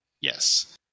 Yes